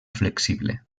flexible